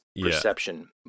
perception